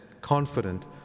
confident